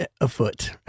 afoot